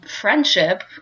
friendship